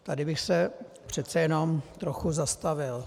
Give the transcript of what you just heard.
Tady bych se přece jenom trochu zastavil.